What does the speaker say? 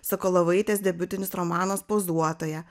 sakolovaitės debiutinis romanas pozuotoja